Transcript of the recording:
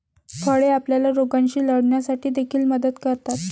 फळे आपल्याला रोगांशी लढण्यासाठी देखील मदत करतात